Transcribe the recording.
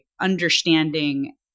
understanding